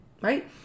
Right